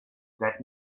that